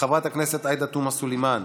חברת הכנסת עאידה תומא סולימאן,